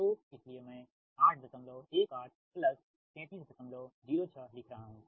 तो इसीलिए मैं 818 3306 लिख रहा हूं